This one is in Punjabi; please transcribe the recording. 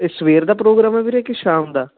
ਇਹ ਸਵੇਰ ਦਾ ਪ੍ਰੋਗਰਾਮ ਹੈ ਵੀਰੇ ਕਿ ਸ਼ਾਮ ਦਾ